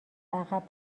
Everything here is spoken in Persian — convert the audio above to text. عقب